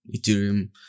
ethereum